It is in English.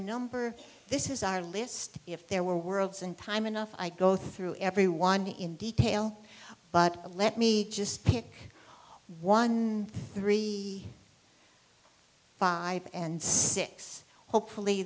number this is our list if there were worlds and time enough i'd go through every one in detail but let me just pick one and the re five and six hopefully